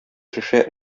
шешә